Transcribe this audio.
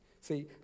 See